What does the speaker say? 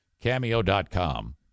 Cameo.com